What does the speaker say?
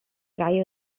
value